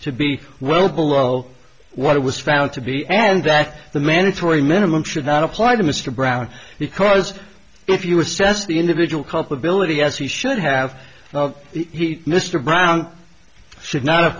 to be well below what it was found to be and that the mandatory minimum should not apply to mr brown because if you assess the individual culpability as he should have the heat mr brown should not have